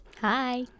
Hi